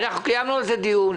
קיימנו על זה דיון.